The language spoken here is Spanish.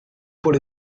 por